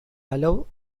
allow